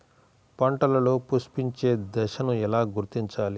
పంటలలో పుష్పించే దశను ఎలా గుర్తించాలి?